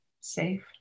safe